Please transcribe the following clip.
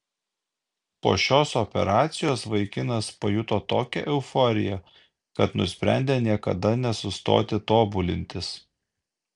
po šios operacijos vaikinas pajuto tokią euforiją kad nusprendė niekada nesustoti tobulintis